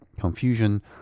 confusion